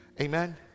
Amen